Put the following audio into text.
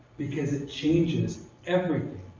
because it changes everything.